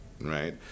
right